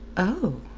oh!